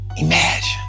Imagine